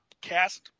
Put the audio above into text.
cast –